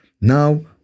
now